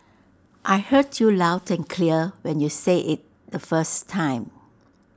I heard you loud and clear when you said IT the first time